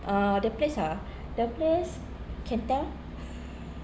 uh the place ah the place can tell